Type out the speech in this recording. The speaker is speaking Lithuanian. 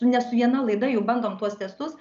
ne su viena laida jau bandom tuos testus